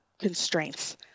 constraints